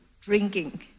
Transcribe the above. drinking